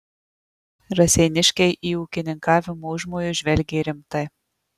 raseiniškiai į ūkininkavimo užmojus žvelgė rimtai